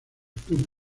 club